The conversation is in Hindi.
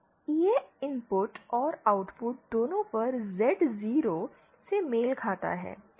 तो यह इनपुट और आउटपुट दोनों पर Z0 से मेल खाता है